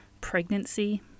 pregnancy